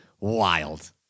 wild